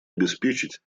обеспечить